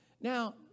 Now